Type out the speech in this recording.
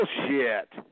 Bullshit